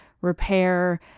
repair